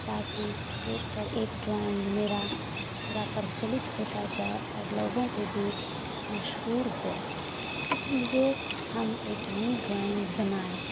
تاکہ ایک کر ایک ڈرائنگ میرا تھوڑا پرچلت ہوتا جائے اور لوگوں کے بیچ مشہور ہو اس لیے ہم ایک نئی ڈرائنگ بنائے